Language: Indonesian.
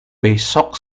besok